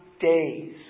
days